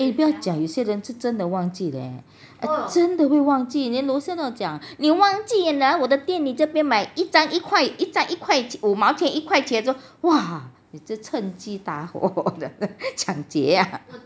eh 不要讲有些人是真的忘记的 leh 真的会忘记 then 楼下就讲你忘记啊我的店里这边买一张一块在一块五毛钱一块钱就哇你这趁机打火抢劫啊